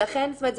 זאת אומרת,